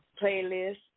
playlist